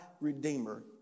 redeemer